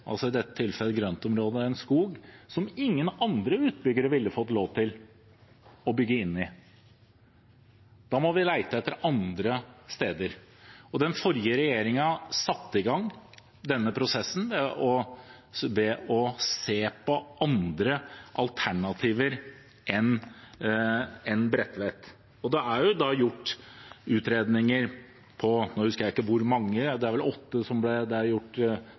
i dette tilfellet et grøntområde, en skog – som ingen andre utbyggere ville fått lov til å bygge inn i. Da må vi lete etter andre steder, og den forrige regjeringen satte i gang denne prosessen ved å se på andre alternativer enn Bredtvet. Det er jo gjort utredninger på – nå husker jeg ikke på hvor mange, men det er vel åtte som ble gjort,